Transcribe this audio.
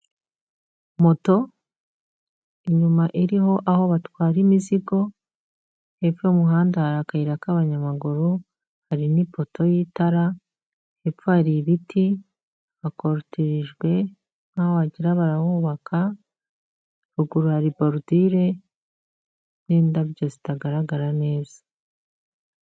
Moto inyuma iriho aho batwara imizigo, hepfo y'umuhanda hari akayira k'abanyamaguru, harimon'ipoto y'itara, hepfo hari ibiti, hakorotirijwe nkaho wagira ngo barahubaka, ruguru hari borudire n'indabyo zitagaragara neza.